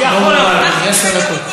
יכול לבוא.